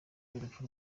y’urupfu